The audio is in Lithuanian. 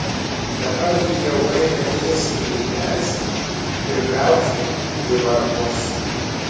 dabar jį jau baigia ėsti grybelis ir graužti kinivarpos